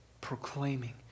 proclaiming